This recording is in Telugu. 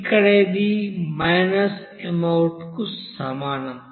ఇక్కడ ఇది mout కు సమానం